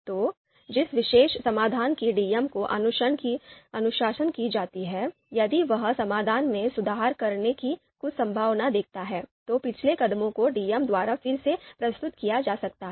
तो जिस विशेष समाधान की डीएम को अनुशंसा की जाती है यदि वह समाधान में सुधार करने की कुछ संभावना देखता है तो पिछले कदमों को डीएम द्वारा फिर से प्रस्तुत किया जा सकता है